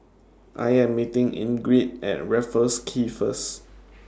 I Am meeting Ingrid At Raffles Quay First